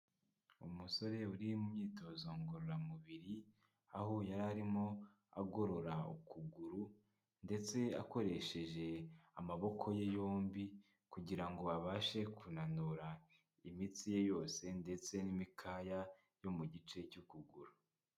Umusore uri mu myitozo ngororamubiri, aho yari arimo agorora ukuguru ndetse akoresheje amaboko ye yombi kugira ngo abashe kunanura imitsi ye yose ndetse n'imikaya yo mu gice cy'ukuguru.